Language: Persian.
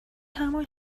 همان